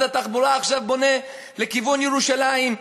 התחבורה עכשיו בונה לכיוון ירושלים,